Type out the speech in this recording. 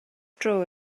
dro